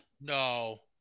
No